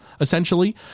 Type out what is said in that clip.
essentially